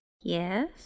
Yes